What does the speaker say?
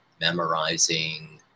Memorizing